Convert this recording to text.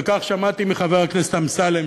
וכך שמעתי מחבר הכנסת אמסלם,